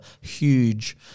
huge